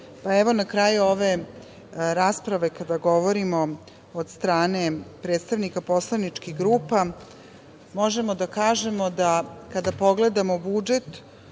evo na kraju ove rasprave kada govorimo od strane predstavnika poslaničkih grupa, možemo da kažemo da kada pogledamo budžet,